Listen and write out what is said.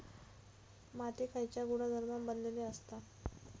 माती खयच्या गुणधर्मान बनलेली असता?